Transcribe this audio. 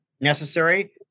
necessary